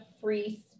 free